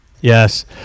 Yes